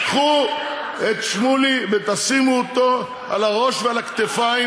קחו את שמולי ותשימו אותו על הראש ועל הכתפיים,